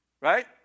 Right